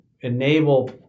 enable